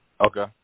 Okay